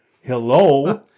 Hello